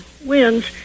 winds